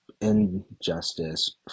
injustice